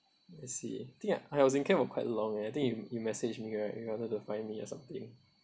let's see I think I was in camp for quite long and I think you you message me right you wanted to find me or something